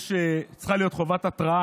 יכול להיות שהחוק היה עובר ככה.